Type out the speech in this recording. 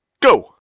go